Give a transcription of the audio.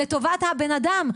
לטובת בן האדם.